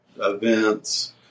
events